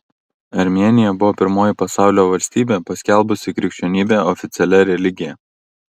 armėnija buvo pirmoji pasaulio valstybė paskelbusi krikščionybę oficialia religija